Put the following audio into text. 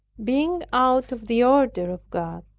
being out of the order of god,